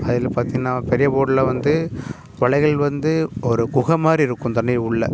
அதில் பார்த்திங்கனா பெரிய போட்டில் வந்து வலைகள் வந்து ஒரு குகை மாதிரி இருக்கும் தண்ணி உள்ளே